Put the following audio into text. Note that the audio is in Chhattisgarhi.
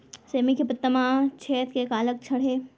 सेमी के पत्ता म छेद के का लक्षण हे?